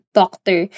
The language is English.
doctor